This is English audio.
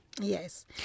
Yes